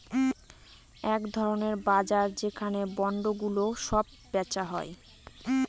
এক ধরনের বাজার যেখানে বন্ডগুলো সব বেচা হয়